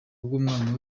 bw’umwana